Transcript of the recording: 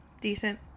Decent